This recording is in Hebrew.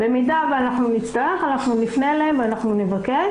במידה ונצטרך, אנחנו נפנה אליהם ונבקש.